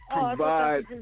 Provide